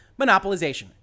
monopolization